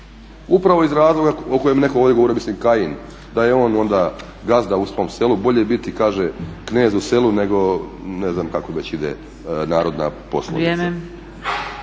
upravo iz razloga o kojem je netko ovdje govorio, mislim Kajin da je on onda gazda u svom selu. Bolje biti kaže knez u selu nego, ne znam kako već ide narodna poslovica.